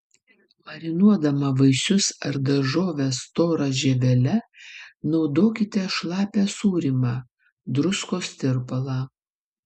marinuodama vaisius ar daržoves stora žievele naudokite šlapią sūrymą druskos tirpalą